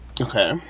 Okay